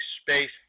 space